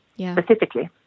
specifically